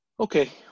Okay